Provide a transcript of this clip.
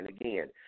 again